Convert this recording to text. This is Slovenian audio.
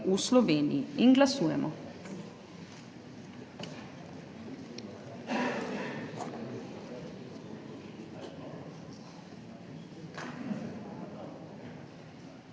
v Sloveniji. Glasujemo.